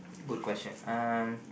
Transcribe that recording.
good question um